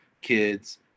kids